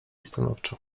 stanowczo